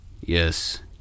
Yes